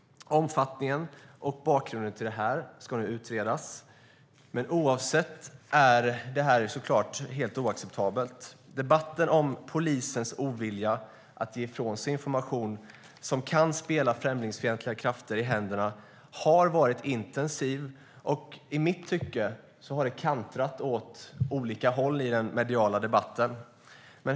Omfattningen av och bakgrunden till det här ska nu utredas, men oavsett orsak är det här såklart helt oacceptabelt. Debatten om polisens ovilja att ge ifrån sig information som kan spela främlingsfientliga krafter i händerna har varit intensiv, och i mitt tycke har det lutat åt olika håll i den mediala debatten.